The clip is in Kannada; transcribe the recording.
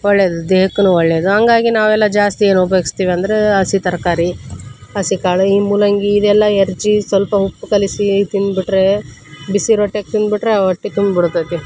ಒಳ್ಳೆಯದು ದೇಹಕ್ಕೂನು ಒಳ್ಳೆಯದು ಹಂಗಾಗಿ ನಾವೆಲ್ಲ ಜಾಸ್ತಿ ಏನು ಉಪಯೋಗ್ಸ್ತಿವಂದರೆ ಹಸಿ ತರಕಾರಿ ಹಸಿ ಕಾಳು ಈ ಮೂಲಂಗಿ ಇದೆಲ್ಲ ಹೆರ್ಜಿ ಸ್ವಲ್ಪ ಉಪ್ಪು ಕಲಿಸಿ ತಿಂದ್ಬಿಟ್ರೆ ಬಿಸಿ ರೊಟ್ಯಾಗ ತಿಂದುಬಿಟ್ರೆ ಆ ಹೊಟ್ಟಿ ತುಂಬಿಡ್ತೈತಿ